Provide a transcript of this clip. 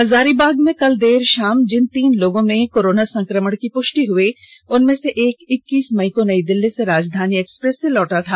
हजारीबाग में कल देर शाम जिन तीन लोगों में कोरोना संक्रमण की पुष्टि हुई है उनमें से एक इक्कीस मई को नई दिल्ली से राजधानी एक्सप्रेस से लौटा था